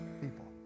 people